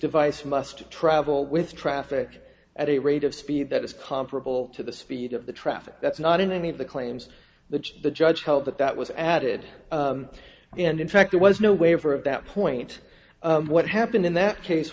device must travel with traffic at a rate of speed that is comparable to the speed of the traffic that's not in any of the claims that the judge help but that was added and in fact there was no waiver of that point what happened in that case